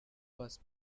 was